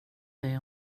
dig